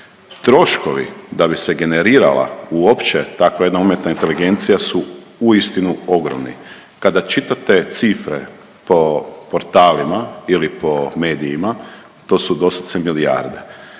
Troškovi da bi se generirala uopće takva jedna umjetna inteligencija su uistinu ogromni. Kada čitate cifre po portalima ili po medijima to su doslovce milijarde.